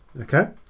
Okay